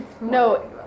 no